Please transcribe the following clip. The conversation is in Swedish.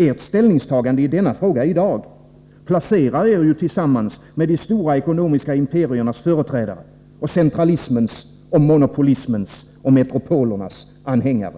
Ert ställningstagande i denna fråga i dag placerar er tillsammans med de stora ekonomiska imperiernas företrädare och centralismens, monopolismens och metropolernas anhängare.